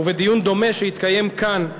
ובדיון דומה שהתקיים כאן,